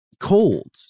cold